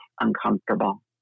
uncomfortable